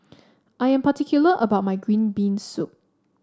I am particular about my Green Bean Soup